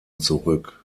zurück